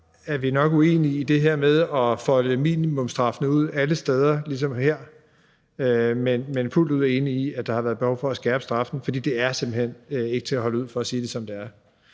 Vi er nok uenige i det her med at folde minimumsstraffene ud alle steder ligesom her, men vi er fuldt ud enige i, at der er behov for at skærpe straffen, fordi det er simpelt hen ikke til at holde ud, for at sige det, som det er.